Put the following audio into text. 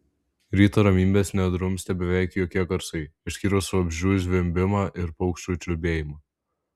ryto ramybės nedrumstė beveik jokie garsai išskyrus vabzdžių zvimbimą ir paukščių čiulbėjimą